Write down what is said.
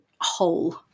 whole